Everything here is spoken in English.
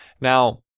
Now